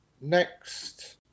next